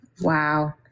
Wow